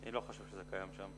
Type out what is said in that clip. אני לא חושב שזה קיים שם.